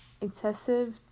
excessive